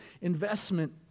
investment